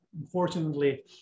Unfortunately